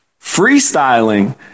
freestyling